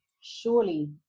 surely